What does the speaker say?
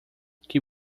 que